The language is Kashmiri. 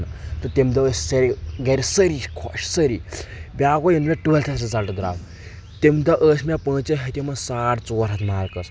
تہٕ تمہِ دۄہ ٲسۍ سٲری گرِ سٲری خۄش سٲری بیٛاکھ ییٚمہِ مےٚ ٹُویلتھٕ رِزلٹہٕ درٛاو تمہِ دۄہ ٲسۍ مےٚ پانٛژٕے ہتھ یِمن ساڑ ژور ہَتھ مارکٕس